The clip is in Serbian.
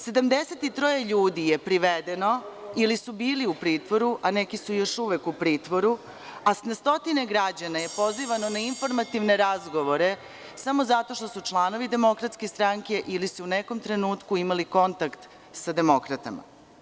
Sedamdeset i troje ljudi je privedeno ili su bili u pritvoru, a neki su još uvek u pritvoru, a stotine građana je pozivano na informativne razgovore samo zato što su članovi DS ili su u nekom trenutku imali kontakt sa demokratama.